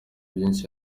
byinshi